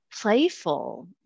playful